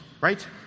right